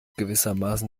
gewissermaßen